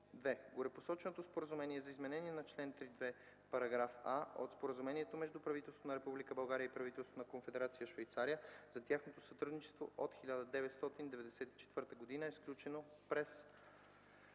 Горепосоченото Споразумение за изменение на чл. 3.2, параграф „а” от Споразумението между правителството на Република България и правителството на Конфедерация Швейцария за техническо сътрудничество от 1994 г., е сключено чрез